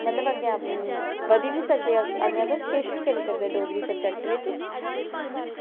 मतलब अग्गें बधी बी सकदे तुस अग्गें किश बी करी सकदे डोगरी सब्जेक्ट बिच